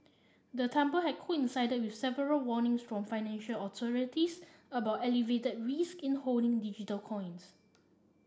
the tumble had coincided you several warnings from financial authorities about elevated risk in holding digital coins